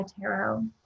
Tarot